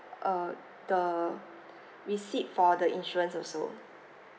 err the receipt for the insurance also